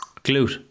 glute